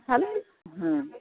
হুম